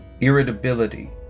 irritability